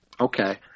Okay